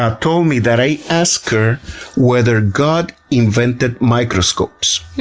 ah told me that i asked her whether god invented microscopes.